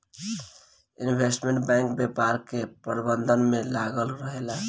investment bank व्यापार के प्रबंधन में लागल रहेला